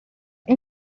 این